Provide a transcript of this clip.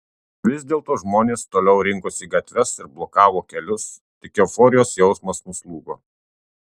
vis dėlto žmonės toliau rinkosi į gatves ir blokavo kelius tik euforijos jausmas nuslūgo